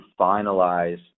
finalize